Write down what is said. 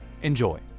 Enjoy